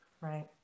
Right